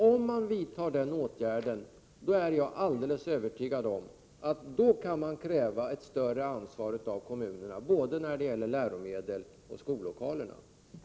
Om man vidtar den åtgärden, är jag helt övertygad om att då kan man kräva ett större ansvar av kommunerna, både när det gäller läromedel och i fråga om skollokalerna.